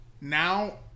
now